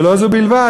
ולא זו בלבד,